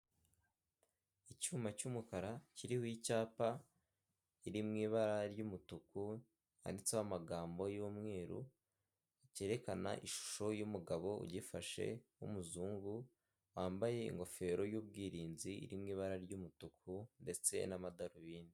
Icyuma cy'umukara kiriho icyapa kiri m'ibara ry'umutuku handitseho amagambo y'umweru cyerekana ishusho yumugabo ugifashe w'umuzungu wambaye ingofero y'ubwirinzi iririmo ibara ry'umutuku ndetse n'amadarubindi.